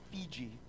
Fiji